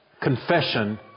confession